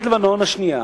אחרי מלחמת לבנון השנייה